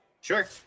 Sure